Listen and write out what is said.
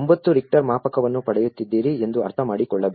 9 Richter ಮಾಪಕವನ್ನು ಪಡೆಯುತ್ತಿದ್ದೀರಿ ಎಂದು ಅರ್ಥಮಾಡಿಕೊಳ್ಳಬೇಕು